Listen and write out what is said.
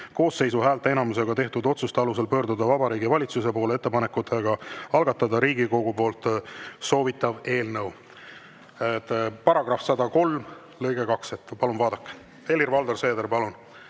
koosseisu häälteenamusega tehtud otsuse alusel pöörduda Vabariigi Valitsuse poole ettepanekuga algatada Riigikogu poolt soovitav eelnõu. Paragrahvi 103 lõige 2, palun vaadake. Helir-Valdor Seeder, palun,